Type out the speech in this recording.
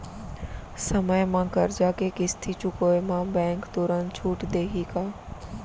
समय म करजा के किस्ती चुकोय म बैंक तुरंत छूट देहि का?